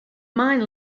mind